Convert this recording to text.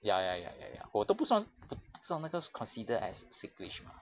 ya ya ya ya ya 我都不算都不算那个是 consider as singlish mah